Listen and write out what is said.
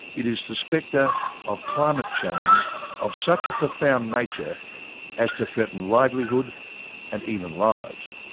it is the spectre of climate change of such a profound nature as to threaten livelihood and even lives.